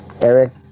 Eric